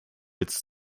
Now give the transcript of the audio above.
its